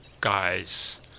guys